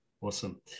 Awesome